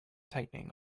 tightening